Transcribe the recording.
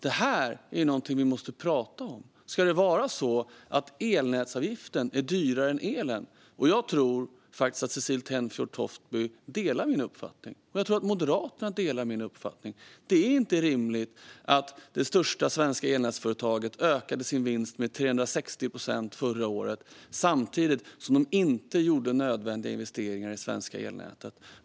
Det här är någonting vi måste prata om. Ska det vara så att elnätsavgiften är högre än avgiften för elen? Jag tror faktiskt att Cecilie Tenfjord Toftby och Moderaterna delar min uppfattning. Det är inte rimligt att det största svenska elnätsföretaget ökade sin vinst med 360 procent förra året samtidigt som de inte gjorde nödvändiga investeringar i det svenska elnätet.